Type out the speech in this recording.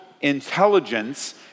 intelligence